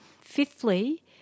Fifthly